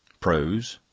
prose?